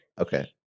Okay